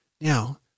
Now